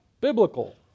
Biblical